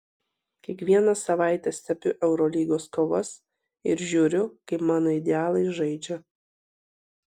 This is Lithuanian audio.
kiekvieną savaitę stebiu eurolygos kovas ir žiūriu kaip mano idealai žaidžia